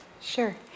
Sure